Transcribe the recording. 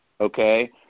Okay